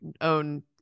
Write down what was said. own